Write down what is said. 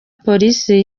polisi